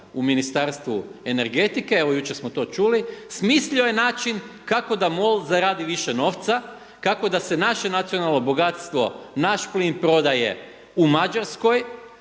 u Ministarstvu energetike, evo jučer smo to čuli, smislio je način kako da MOL zaradi više novca kako da se naše nacionalno bogatstvo, naš plin prodaje u Mađarskoj,